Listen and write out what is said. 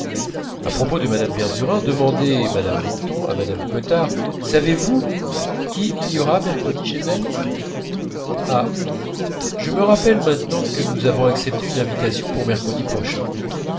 à propos de mme verdurin demandait mme bontemps à mme cottard savez-vous qui il y aura mercredi chez elle ah je me rappelle maintenant que nous avons accepté une invitation pour mercredi prochain